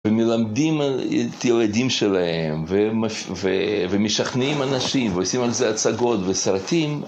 ומלמדים את ילדים שלהם ומשכנעים אנשים ועושים על זה הצגות וסרטים.